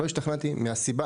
לא השתכנעתי מהסיבה,